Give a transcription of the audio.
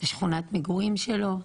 בשכונת מגורים שלו,